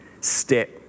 step